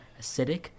acidic